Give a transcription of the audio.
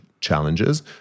challenges